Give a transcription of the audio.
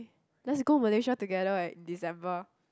let's go Malaysia together like December